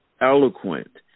eloquent